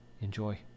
Enjoy